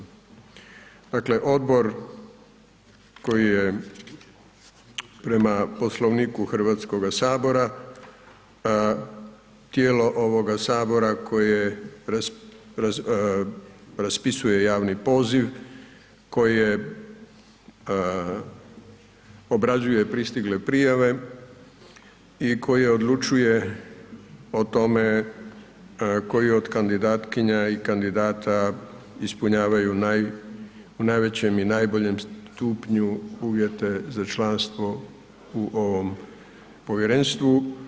Dakle, odbor koji je prema Poslovniku Hrvatskoga sabora tijelo ovoga Sabora koje raspisuje javni poziv koje obrađuje pristigle prijave i koje odlučuje o tome koji od kandidatkinja i kandidata ispunjavaju u najvećem i najboljem stupnju uvjete za članstvo u ovom povjerenstvu.